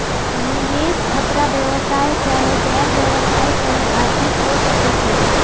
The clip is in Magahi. निवेश खतरा व्यवसाय चाहे गैर व्यवसाया चाहे आर्थिक हो सकइ छइ